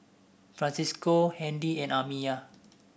Francisco Handy and Amiyah